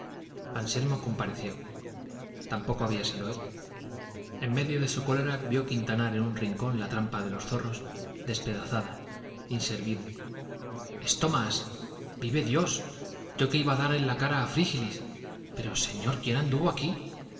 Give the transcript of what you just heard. anselmo compareció tampoco había sido él en medio de su cólera vio quintanar en un rincón la trampa de los zorros despedazada inservible esto más vive dios yo que iba a dar en cara a frígilis pero señor quién anduvo aquí